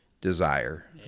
desire